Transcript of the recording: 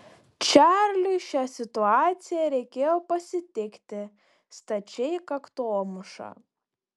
čarliui šią situaciją reikėjo pasitikti stačiai kaktomuša